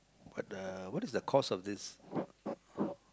what the what is the cause of this